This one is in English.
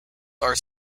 are